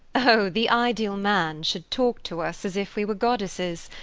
oh, the ideal man should talk to us as if we were goddesses,